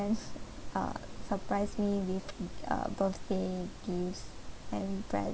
uh surprise me with uh birthday gifts and presents